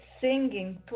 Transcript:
singing